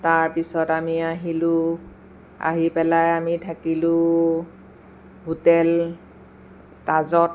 তাৰপিছত আমি আহিলোঁ আহি পেলাই আমি থাকিলোঁ হোটেল তাজত